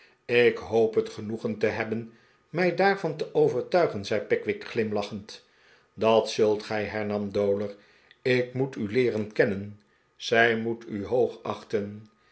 ik hoop het genoegen te hebben mij daarvan te overtuigen zei pickwick glimla ch end dat zult gij hernam dowler zij moet u leeren kennen zij moet u